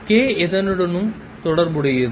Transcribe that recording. k எதனுடன் தொடர்புடையது